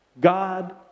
God